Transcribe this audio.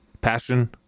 passion